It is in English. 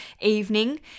evening